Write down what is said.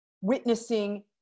witnessing